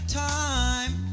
time